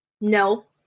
No